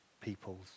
peoples